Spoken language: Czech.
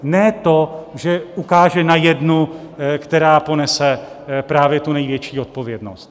Ne to, že ukáže na jednu, která ponese právě tu největší odpovědnost.